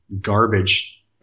garbage